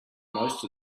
most